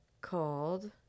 Called